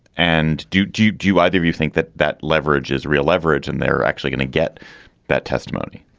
and do do you do either of you think that that leverage is real leverage and they're actually going to get that testimony?